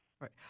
Right